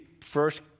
first